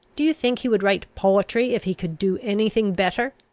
do you think he would write poetry if he could do any thing better?